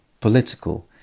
political